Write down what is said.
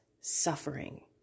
suffering